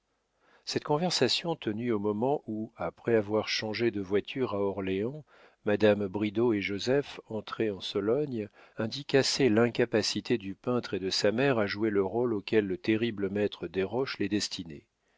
cette conversation tenue au moment où après avoir changé de voiture à orléans madame bridau et joseph entraient en sologne indique assez l'incapacité du peintre et de sa mère à jouer le rôle auquel le terrible maître desroches les destinait